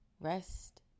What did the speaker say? rest